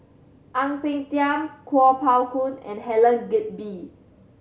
Ang Peng Tiam Kuo Pao Kun and Helen Gilbey